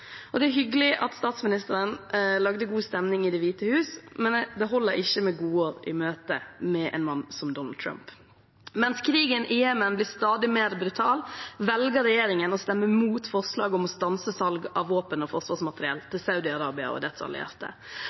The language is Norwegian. noensinne. Det er hyggelig at statsministeren lagde god stemning i Det hvite hus, men det holder ikke med godord i møte med en mann som Donald Trump. Mens krigen i Jemen blir stadig mer brutal, velger regjeringen å stemme mot et forslag om å stanse salg av våpen og forsvarsmateriell til Saudi-Arabia og